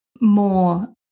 more